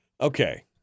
Okay